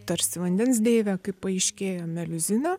tarsi vandens deivė kaip paaiškėjo meliuzina